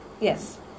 Yes